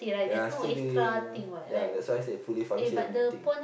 ya still doing ya that's why I say fully function thing